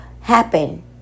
happen